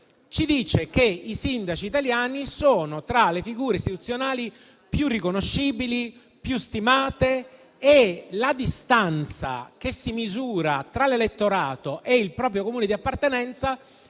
ci dice che i sindaci italiani sono tra le figure istituzionali più riconoscibili e più stimate, e che la distanza che si misura tra l'elettorato e il proprio Comune di appartenenza